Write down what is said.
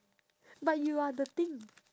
but you are the thing